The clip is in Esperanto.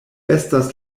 estas